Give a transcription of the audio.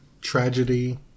tragedy